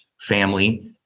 family